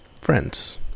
friends